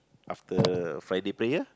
after Friday prayer